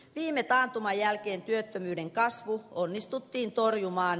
viime taantuman jälkeen työttömyyden kasvu onnistuttiin torjumaan